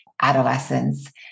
adolescence